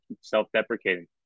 self-deprecating